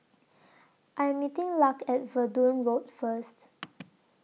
I Am meeting Lark At Verdun Road First